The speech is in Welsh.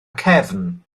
cefn